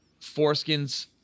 foreskins –